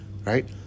right